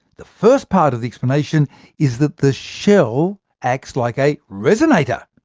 the first part of the explanation is that the shell acts like a resonator.